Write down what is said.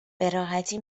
براحتی